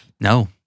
No